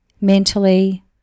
mentally